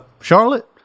Charlotte